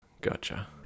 Gotcha